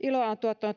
iloa ovat